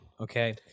Okay